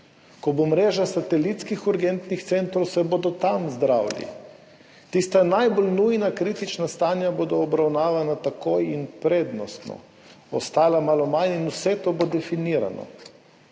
Ko bo mreža satelitskih urgentnih centrov, se bodo tam zdravili. Tista najbolj nujna kritična stanja bodo obravnavana tako in prednostno, ostala malo manj. Vse to bo definirano.